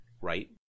Right